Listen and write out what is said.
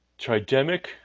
Tridemic